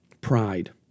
pride